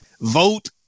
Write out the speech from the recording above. vote